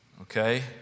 Okay